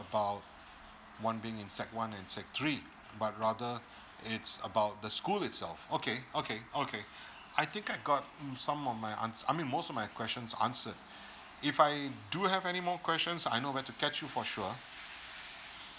about one being in sec one and sec three but rather it's about the school itself okay okay okay I think I got um some of my ans~ I mean most my questions answered if I do have any more questions I know where to catch you for sure